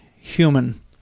human